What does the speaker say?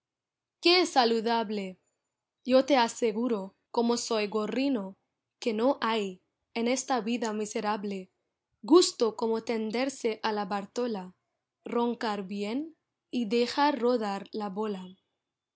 qué saludable yo te aseguro como soy gorrino que no hay en esta vida miserable gusto como tenderse a la bartola roncar bien y dejar rodar la bola